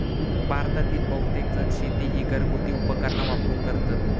भारतातील बहुतेकजण शेती ही घरगुती उपकरणा वापरून करतत